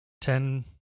ten